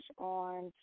on